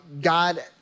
God